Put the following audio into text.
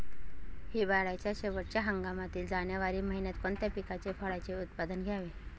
हिवाळ्याच्या शेवटच्या हंगामातील जानेवारी महिन्यात कोणत्या पिकाचे, फळांचे उत्पादन घ्यावे?